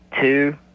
two